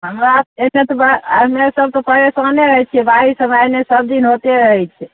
हमरा एने तऽ बा एने सब तऽ परेसाने रहै छियै बारिस हमरा एने सब दिन होते रहै छै